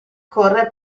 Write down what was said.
corre